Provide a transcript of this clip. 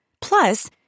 Plus